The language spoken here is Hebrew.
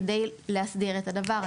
כדי להסדיר את הדבר הזה.